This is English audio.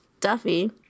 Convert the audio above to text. Duffy